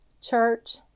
Church